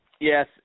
Yes